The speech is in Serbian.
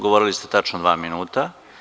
Govorili ste tačno dva minuta.